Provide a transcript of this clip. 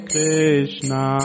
Krishna